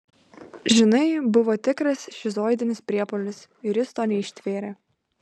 žinai buvo tikras šizoidinis priepuolis ir jis to neištvėrė